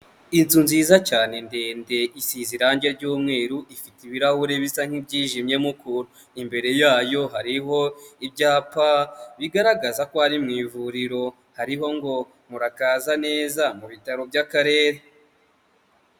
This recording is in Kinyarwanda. Inzu nziza cyane ndende, isize irangi ry'umweru, ifite ibirahuri bisa nk'ibyijimyemo ukuntu, imbere yayo hariho ibyapa bigaragaza ko ari mu ivuriro, hariho ngo murakaza neza mu bitaro by'akarere.